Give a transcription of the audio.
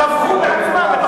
הערבים טבחו ביהודים.